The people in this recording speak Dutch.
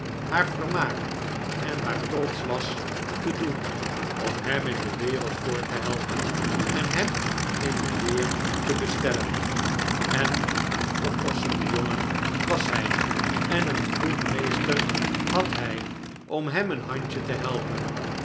haar vermaak en haar trots was te doen om hem in de wereld voort te helpen en hem in de leer te bestellen en een oppassende jongen was hij en een goed meester had hij om hem een handje te helpen